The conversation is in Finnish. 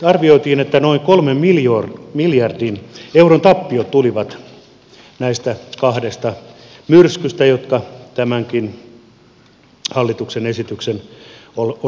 arvioitiin että noin kolmen miljardin euron tappiot tulivat näistä kahdesta myrskystä jotka tämänkin hallituksen esityksen osalla on mainittu